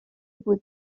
بود